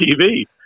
TV